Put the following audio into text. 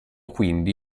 quindi